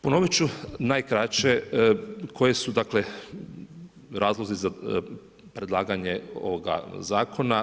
Ponovit ću najkraće koji su dakle razlozi za predlaganje ovoga zakona.